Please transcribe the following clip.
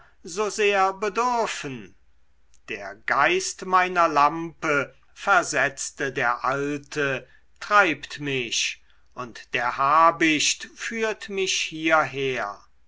so sehr bedürfen der geist meiner lampe versetzte der alte treibt mich und der habicht führt mich hierher